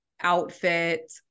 outfit